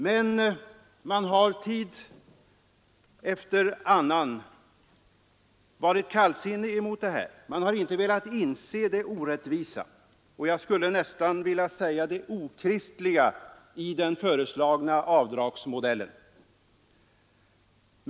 Men man har ställt sig kallsinnig till våra argument, inte velat inse det orättvisa — jag skulle nästan vilja säga det okristliga — i den föreslagna avdragsmodellen.